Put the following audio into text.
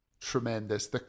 tremendous